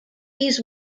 his